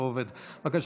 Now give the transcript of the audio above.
בבקשה.